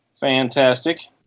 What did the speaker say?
fantastic